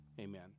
Amen